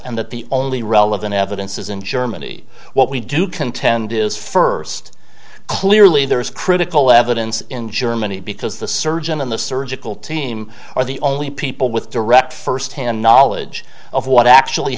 and that the only relevant evidence is in germany what we do contend is first clearly there is critical evidence in germany because the surgeon in the surgical team are the only people with direct first hand knowledge of what actually